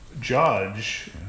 judge